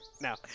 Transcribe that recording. No